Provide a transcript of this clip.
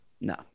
No